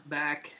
back